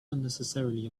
unnecessarily